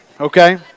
okay